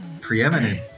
preeminent